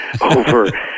over